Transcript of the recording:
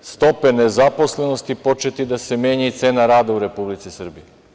stope nezaposlenosti početi da se menja i cena rada u Republici Srbiji.